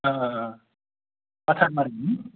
बातारमारि ना